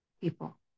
people